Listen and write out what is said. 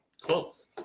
Close